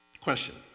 Question